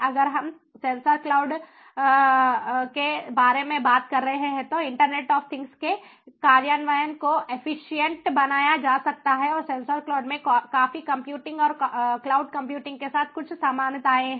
अगर हम sensor cloud के बारे में बात कर रहे हैं तो इंटरनेट आफ थिंग्स के कार्यान्वयन को एफिशिएंट बनाया जा सकता है और सेंसर क्लाउड में फॉग कंप्यूटिंग और क्लाउड कंप्यूटिंग के साथ कुछ समानताएं हैं